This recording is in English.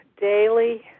daily